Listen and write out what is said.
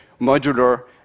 modular